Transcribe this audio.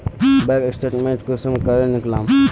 Bank statement कुंसम करे निकलाम?